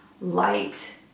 Light